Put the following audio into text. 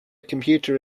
computer